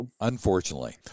Unfortunately